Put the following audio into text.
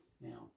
Now